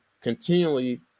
continually